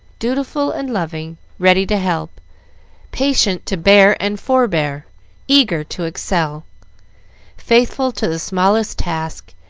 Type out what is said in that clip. dutiful and loving ready to help patient to bear and forbear eager to excel faithful to the smallest task,